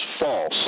false